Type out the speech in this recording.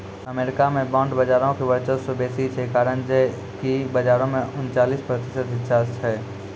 America मे bond बजारो के वर्चस्व बेसी छै, कारण जे कि बजारो मे उनचालिस प्रतिशत हिस्सा छै